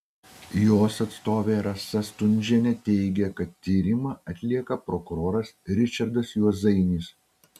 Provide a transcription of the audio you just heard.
jos atstovė rasa stundžienė teigė kad tyrimą atlieka prokuroras ričardas juozainis